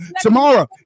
Tomorrow